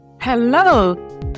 Hello